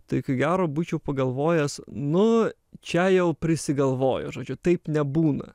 tai ko gero būčiau pagalvojęs nu čia jau prisigalvojo žodžiu taip nebūna